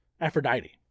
Aphrodite